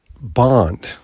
bond